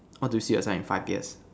what do you see yourself in five years